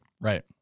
Right